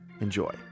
Enjoy